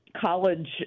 college